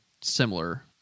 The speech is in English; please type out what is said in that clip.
similar